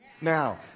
Now